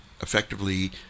effectively